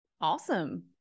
Awesome